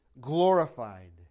glorified